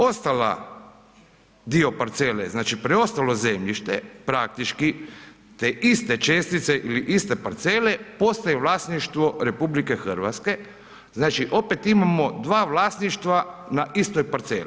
Ostali dio parcele, znači preostalo zemljište praktički te iste čestice ili iste parcele postaju vlasništvo RH, znači opet imamo dva vlasništva na istoj parceli.